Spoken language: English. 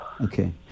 Okay